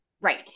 Right